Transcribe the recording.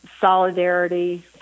solidarity